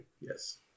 Yes